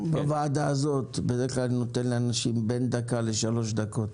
הוועדה הזאת נותנת בדרך כלל לאנשים בין דקה לשלוש דקות.